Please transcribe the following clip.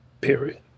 Period